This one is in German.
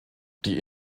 die